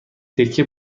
تکه